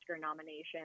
nominations